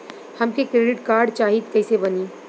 हमके credit card चाही कैसे बनी?